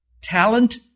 Talent